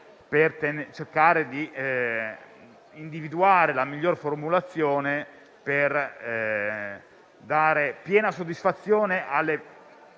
per cercare di individuare la miglior formulazione e dare piena soddisfazione alle variegate